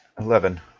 Eleven